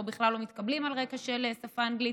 או בכלל לא מתקבלים על רקע של השפה האנגלית.